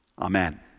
Amen